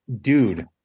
dude